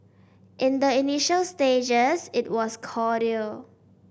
in the initial stages it was cordial